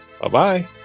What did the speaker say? Bye-bye